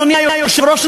אדוני היושב-ראש,